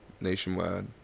nationwide